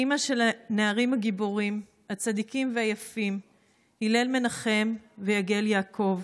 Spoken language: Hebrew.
אימא של הנערים הגיבורים הצדיקים והיפים הלל מנחם ויגל יעקב,